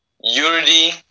unity